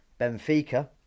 Benfica